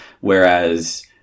whereas